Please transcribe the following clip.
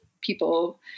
people